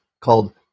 called